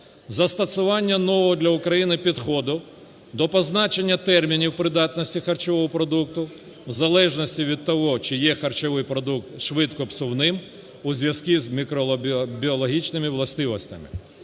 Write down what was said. Застосування нового для України підходу до позначення термінів придатності харчового продукту в залежності від того, чи є харчовий продукт швидкопсувним у зв'язку з мікробіологічними властивостями.